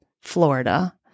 florida